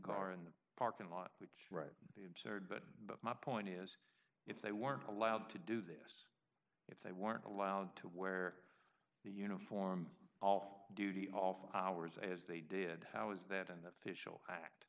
car in the parking lot which right that but my point is if they weren't allowed to do this if they weren't allowed to wear the uniform off duty off hours as they did how is that in the fischel act